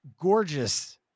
gorgeous